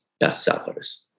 bestsellers